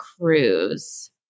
cruise